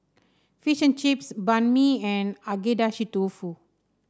fish and Chips Banh Mi and Agedashi Dofu